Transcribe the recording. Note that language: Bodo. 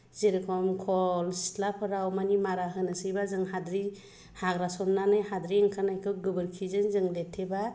जेरखम खल सिथ्लाफोराव माने मारा होनोसैबा जोङो हाद्रि हाग्रा सरनानै हाद्रि ओंखारनायखौ गोबोरखिजों जों लेरथेबा